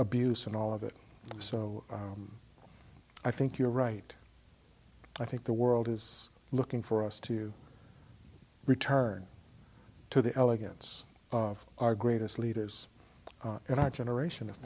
abuse and all of it so i think you're right i think the world is looking for us to return to the elegance of our greatest leaders and our generation if